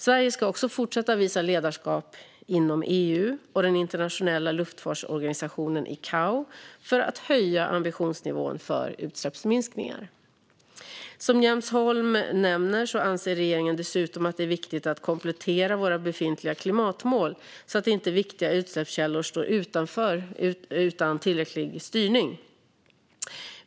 Sverige ska också fortsatt visa ledarskap inom EU och den internationella luftfartsorganisationen ICAO för att höja ambitionsnivån för utsläppsminskningar. Som Jens Holm nämner anser regeringen dessutom att det är viktigt att komplettera våra befintliga klimatmål så att inte viktiga utsläppskällor står utan tillräcklig styrning.